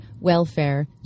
welfare